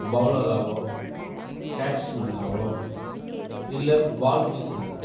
பௌலராகவோ catch மேனாகவோ இல்லை ball வீசுறது